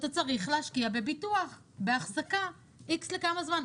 שאתה צריך להשקיע בביטוח, באחזקה X לכמה זמן.